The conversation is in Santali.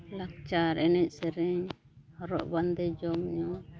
ᱞᱟᱠᱪᱟᱨ ᱮᱱᱮᱡ ᱥᱮᱨᱮᱧ ᱦᱚᱨᱚᱜ ᱵᱟᱸᱫᱮ ᱡᱚᱢ ᱧᱩ